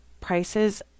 prices